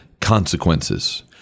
consequences